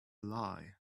lie